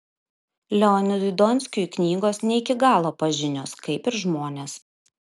leonidui donskiui knygos ne iki galo pažinios kaip ir žmonės